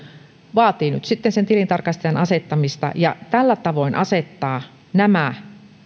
vaatii nyt sitten sen tilintarkastajan asettamista ja tällä tavoin asettaa nämä